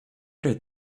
did